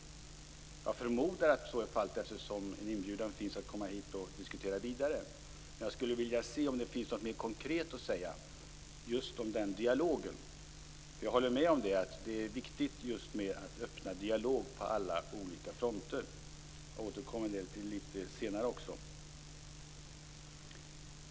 Jag förmodar att så är fallet eftersom en inbjudan finns att komma hit och diskutera vidare. Jag skulle vilja veta om det finns något mer konkret att säga om den dialogen. Jag håller med om att det är viktigt att öppna dialog på alla olika fronter. Jag återkommer till detta litet senare.